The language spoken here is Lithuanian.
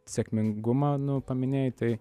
sėkmingumą nu paminėjai tai